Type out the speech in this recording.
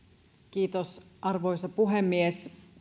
kiitos arvoisa puhemies